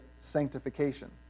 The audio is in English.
sanctification